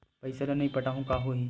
पईसा ल नई पटाहूँ का होही?